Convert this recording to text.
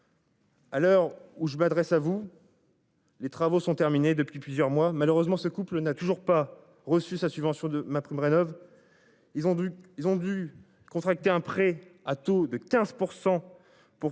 À l'heure où je m'adresse à vous. Les travaux sont terminés depuis plusieurs mois. Malheureusement ce couple n'a toujours pas reçu sa subvention de MaPrimeRénov'. Ils ont dû ils ont dû contracter un prêt à taux de 15%